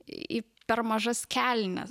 į per mažas kelnes